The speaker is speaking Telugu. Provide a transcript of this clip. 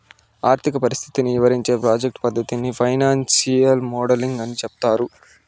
ఆర్థిక పరిస్థితిని ఇవరించే ప్రాజెక్ట్ పద్దతిని ఫైనాన్సియల్ మోడలింగ్ అని సెప్తారు